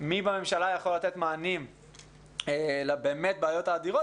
מי בממשלה יכול לתת מענים לבעיות האדירות.